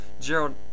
Gerald